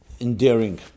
endearing